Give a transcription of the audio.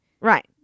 Right